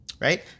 right